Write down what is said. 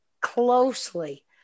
Closely